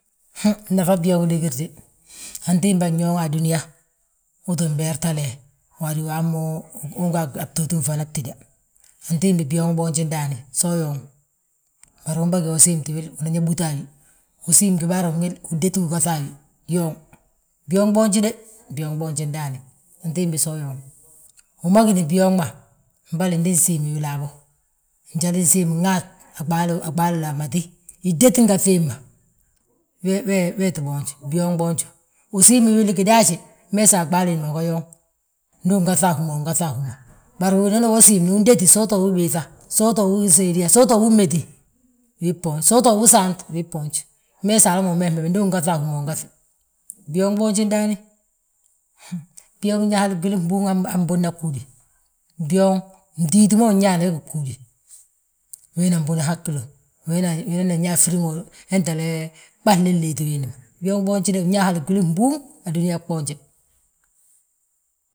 Han, nafa byooŋ ligiride, antiimba nyooŋa a dúniyaa, uu tti bertale, adu waamu uga a btooti mfana btída. Antiimbi byooŋ booji ndaani so uyooŋ, bari ubagi yaa usiimti wil, unan yaa búta a wi. Usiimi gibaro wil, udéti ugaŧ a wi, byooŋ, byooŋ boonji ndaani. Antiimbi so uyooŋ, wi ma gíni byooŋ ma, mboli ndi nsiim wili wabo, njali nsiimi nŋaat, a ɓaalina Mati. Idéti ngaŧ hemma, we wee tti boonj, byooŋ boonju. Usiim wili gidaaje, meesa a ɓaali wiindi ma uga yooŋ, ndu ugaŧa a hi ma win gaŧi a hú ma, bari winooni we siimni undéti, so uto wi biiŧa, so utowi séediya, so utowi, so utowi méti, wii bboonj, so utowi saant wii bboonj. Meesa hala ma umeesi bembe, ndu ugaŧa a hú ma, win gaŧi. Byooŋ boonji ndaani, byooŋ ñaa gwili gbúŋ ha mtunna bgúudi, byooŋ mbtíiti win ñaana, we gí bgúudi, winana mbun haggilo, winana nyaa firiŋo, hentele ɓalin liiti wiindi ma, byooŋ boonji dé win ñaa hal gwili gbúŋ a dúniyaa gboonje.